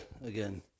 again